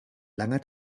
langer